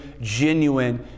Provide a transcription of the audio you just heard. genuine